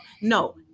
No